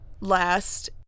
last